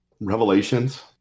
revelations